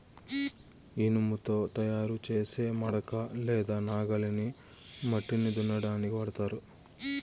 ఇనుముతో తయారు చేసే మడక లేదా నాగలిని మట్టిని దున్నటానికి వాడతారు